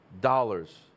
dollars